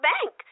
Bank